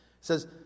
says